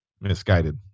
misguided